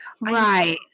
Right